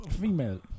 female